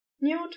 Newt